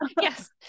Yes